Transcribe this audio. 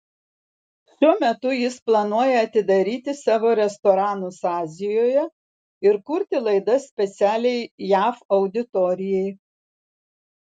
šiuo metu jis planuoja atidaryti savo restoranus azijoje ir kurti laidas specialiai jav auditorijai